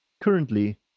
currently